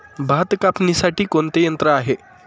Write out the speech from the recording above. भात कापणीसाठी कोणते यंत्र आहे?